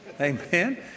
Amen